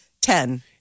Ten